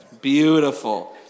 Beautiful